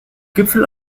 gipfel